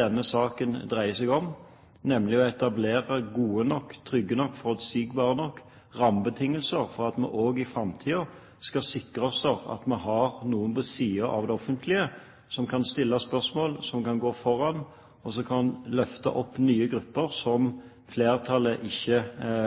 denne saken dreier seg om for Høyres del, nemlig å etablere gode nok, trygge nok, forutsigbare nok rammebetingelser for at vi også i framtiden skal sikre at vi har noen på siden av det offentlige som kan stille spørsmål, som kan gå foran, og som kan løfte opp nye grupper som flertallet